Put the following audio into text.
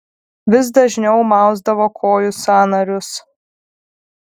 vis dažniau mausdavo kojų sąnarius